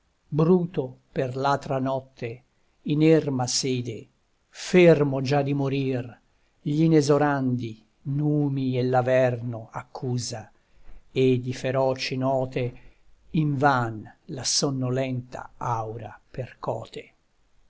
bruto per l'atra notte in erma sede fermo già di morir gl'inesorandi numi e l'averno accusa e di feroci note invan la sonnolenta aura percote